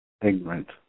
ignorant